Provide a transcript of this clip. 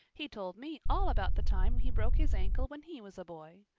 he told me all about the time he broke his ankle when he was a boy.